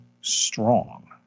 strong